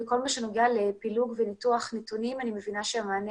בכל מה שנוגע לפילוח וניתוח נתונים אני מבינה שהמענה